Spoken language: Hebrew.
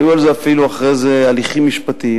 והיו על זה אפילו אחרי זה הליכים משפטיים,